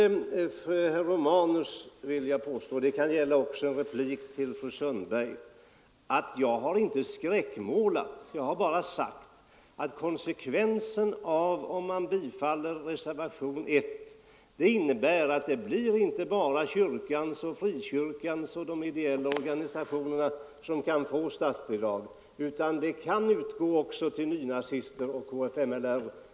För herr Romanus vill jag påpeka — och det kan gälla också fru Sundberg — att jag inte har skräckmålat. Jag har bara sagt att konsekvensen av ett bifall till reservationen 1 blir att statsbidrag kan utgå inte bara till kyrkan och frikyrkan och de ideella organisationerna utan också till nynazister och kfml.